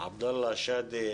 את עבדאללה חטיב,